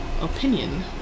opinion